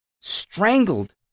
strangled